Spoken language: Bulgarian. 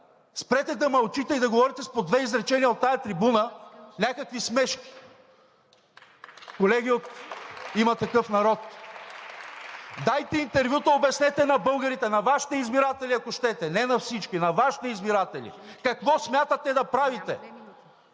спрете да мълчите и да говорите с по две изречения от тази трибуна някакви смешки. (Ръкопляскания от ГЕРБ-СДС.) Колеги от „Има такъв народ“, дайте интервюта, обяснете на българите, на Вашите избиратели, ако щете не на всички, а на Вашите избиратели какво смятате да правите.